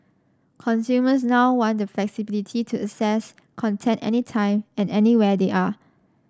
consumers now want the flexibility to access content any time and anywhere they are